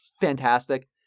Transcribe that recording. fantastic